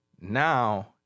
Now